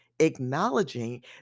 acknowledging